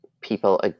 people